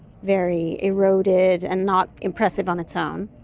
very eroded and not impressive on its own,